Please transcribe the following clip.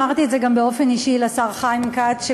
אמרתי את זה גם באופן אישי לשר חיים כץ,